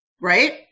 right